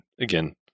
again